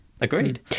Agreed